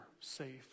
safe